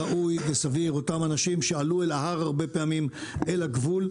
אותם האנשים שעלו הרבה פעמים אל ההר ואל הגבול,